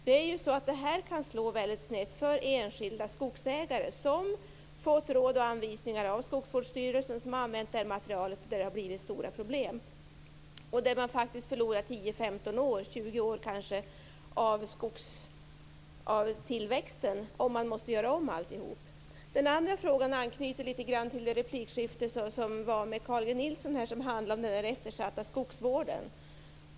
Det här kan slå väldigt snett för enskilda skogsägare som fått råd och anvisningar av skogsvårdsstyrelsen och använt det här materialet. Det har blivit stora problem. Man kan förlora 10-20 år av tillväxt om man måste göra om alltihop. Den andra frågan anknyter litet till det replikskifte med Carl G Nilsson som handlade om den eftersatta skogsvården.